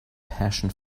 passion